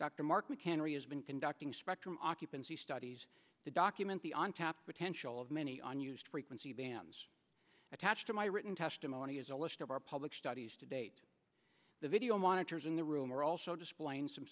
dr mark we can re is been conducting spectrum occupancy studies to document the on tap potential of many unused frequency bands attached to my written testimony as a list of our public studies to date the video monitors in the room are also displaying some